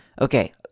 Okay